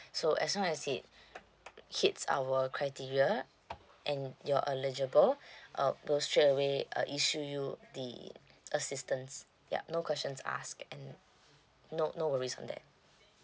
so as long as it hits our criteria and you're eligible uh we'll straight away uh issue you the assistance yup no questions asked and no no worries on that